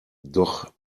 doch